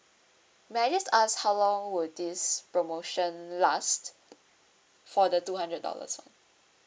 may I just ask how long will this promotion last for the two hundred dollars [one]